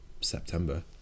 September